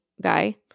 guy